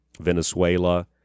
Venezuela